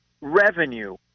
revenue